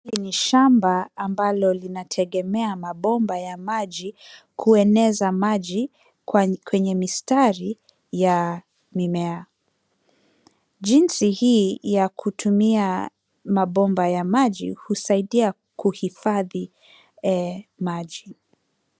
Hili ni shamba ambalo linategemea mabomba ya maji kueneza maji kwenye mistari ya mimea jinsi hii ya kutumia mabomba ya maji husaidia kuhifadhi maji.